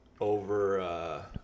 over